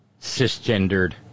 cisgendered